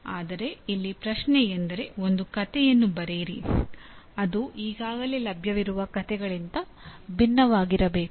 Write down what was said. ಆದರೆ ಇಲ್ಲಿ ಪ್ರಶ್ನೆಯೆಂದರೆ ಒಂದು ಕಥೆಯನ್ನು ಬರೆಯಿರಿ ಅದು ಈಗಾಗಲೇ ಲಭ್ಯವಿರುವ ಕಥೆಗಳಿಗಿಂತ ಭಿನ್ನವಾಗಿರಬೇಕು